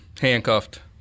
handcuffed